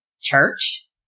church